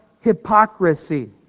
hypocrisy